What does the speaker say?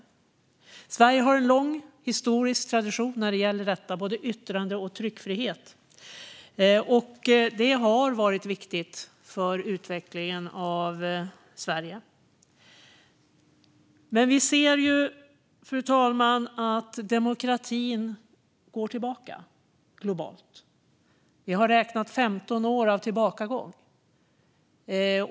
Sverige har en lång historisk tradition när det gäller både yttrande och tryckfrihet. Det har varit viktigt för utvecklingen av Sverige. Men vi ser, fru talman, att demokratin går tillbaka globalt. Det har varit 15 år av tillbakagång.